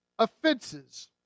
offenses